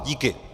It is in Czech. Díky.